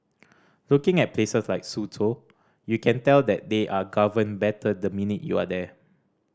looking at places like Suzhou you can tell that they are governed better the minute you are there